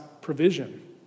provision